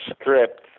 script